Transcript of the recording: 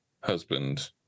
husband